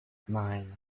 nine